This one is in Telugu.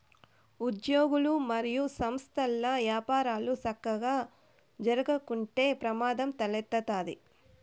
ఉజ్యోగులు, మరియు సంస్థల్ల యపారాలు సక్కగా జరక్కుంటే ప్రమాదం తలెత్తతాది